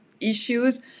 issues